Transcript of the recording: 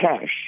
cash